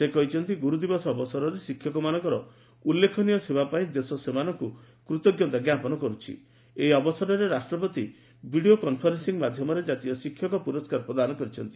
ସେ କହିଛନ୍ତି ଗୁରୁ ଦିବସ ଅବସରରେ ଶିକ୍ଷକମାନଙ୍କର ଉଲ୍ଲେଖନୀୟ ସେବା ପାଇଁ ଦେଶ ସେମାନଙ୍କୁ କୃତ ଏହି ଅବସରରେ ରାଷ୍ଟ୍ରପତି ଭିଡ଼ିଓ କନ୍ଫରେନ୍ଦିଂ ମାଧ୍ଧମରେ ଜାତୀୟ ଶିକ୍ଷକ ପୁରସ୍କାର ପ୍ରଦାନ କରିଛନ୍ତି